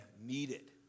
needed